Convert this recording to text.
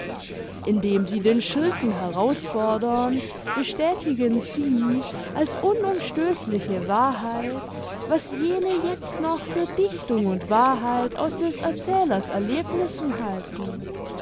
indem sie den schurken herausfordern bestätigen sie als unumstößliche wahrheit was jene jetzt noch für dichtung und wahrheit aus des erzählers erlebnissen halten